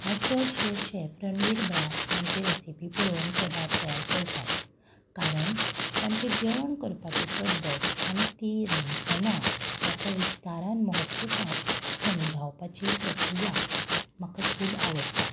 हांव चडशें शॅफ रणवीर ब्रार हांचे रॅसिपी पळोवन पदार्थ तयार करतात कारण तांचें जेवण करपाची पद्दत आनी ती रांदतना ताचो विस्तारान महत्व सांग समजावपाची प्रक्रिया म्हाका खूब आवडटात